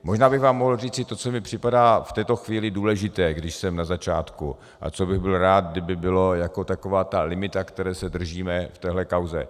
Možná bych vám mohl říci to, co mi připadá v této chvíli důležité, když jsem na začátku, a co bych byl rád, kdyby bylo jako taková ta limita, které se držíme v téhle kauze.